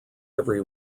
every